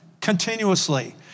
continuously